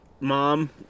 mom